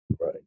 right